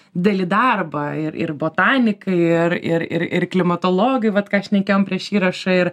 didelį darbą ir ir botanikai ir ir ir ir klimatologai vat ką šnekėjom prieš įrašą ir